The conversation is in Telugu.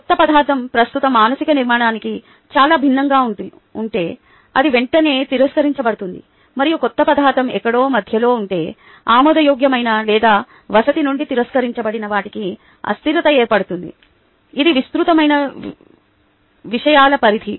క్రొత్త పదార్థం ప్రస్తుత మానసిక నిర్మాణానికి చాలా భిన్నంగా ఉంటే అది వెంటనే తిరస్కరించబడుతుంది మరియు క్రొత్త పదార్థం ఎక్కడో మధ్యలో ఉంటే ఆమోదయోగ్యమైన లేదా వసతి నుండి తిరస్కరించబడిన వాటికి అస్థిరత ఏర్పడుతుంది ఇది విస్తృతమైనది విషయాల పరిధి